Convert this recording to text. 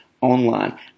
online